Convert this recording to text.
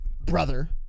brother